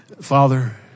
Father